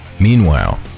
Meanwhile